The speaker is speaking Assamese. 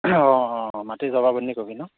অঁ অঁ অঁ মাটি জমাবন্দি কপি ন